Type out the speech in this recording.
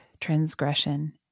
transgression